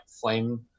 flame